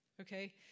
Okay